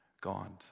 God